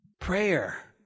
Prayer